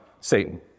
Satan